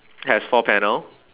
has four panel